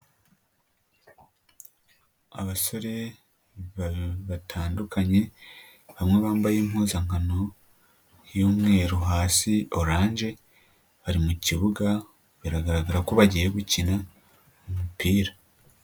Abasore batandukanye bamwe bambaye impuzankano y'umweru hasi oranje bari mu kibuga biragaragara ko bagiye gukina umupira.